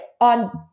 on